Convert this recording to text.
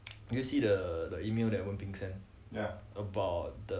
did you see the email that wen bing sent about the